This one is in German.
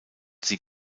sie